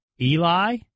Eli